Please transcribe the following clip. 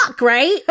Right